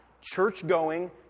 church-going